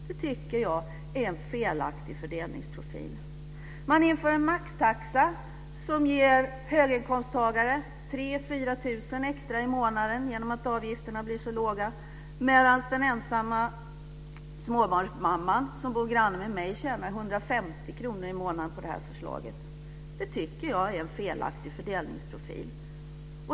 Jag tycker att det är en felaktig fördelningsprofil. Man inför en maxtaxa som ger höginkomsttagare 3 000-4 000 kr extra i månaden genom att avgifterna blir så låga. Men den ensamma småbarnsmamman som bor granne med mig tjänar 150 kr i månaden på det här förslaget. Jag tycker att det är en felaktig fördelningsprofil.